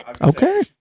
Okay